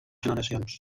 generacions